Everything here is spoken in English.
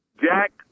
Jack